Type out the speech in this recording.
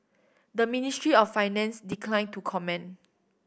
the Ministry of Finance decline to comment